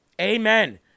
Amen